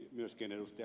myöskin ed